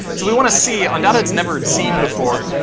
so we want to see, on data it's never seen before,